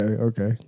okay